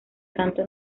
tanto